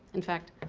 in fact,